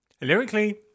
Lyrically